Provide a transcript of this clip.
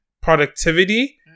productivity